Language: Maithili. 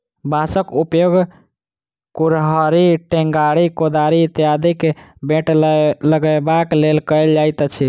बाँसक उपयोग कुड़हड़ि, टेंगारी, कोदारि इत्यादिक बेंट लगयबाक लेल कयल जाइत अछि